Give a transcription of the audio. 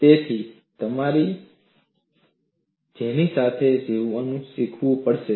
તેથી તમારે તેની સાથે જીવવાનું શીખવું પડશે